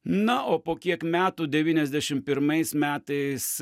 na o po kiek metų devyniasdešim pirmais metais